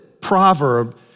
proverb